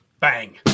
Bang